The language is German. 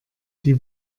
die